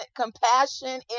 compassion